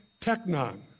Technon